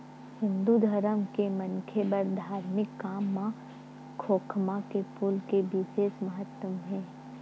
हिंदू धरम के मनखे बर धारमिक काम म खोखमा के फूल के बिसेस महत्ता हे